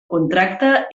contracte